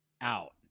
Out